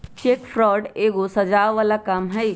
cheque fraud एगो सजाओ बला काम हई